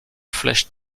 flèches